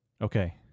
Okay